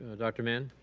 ah dr. mann?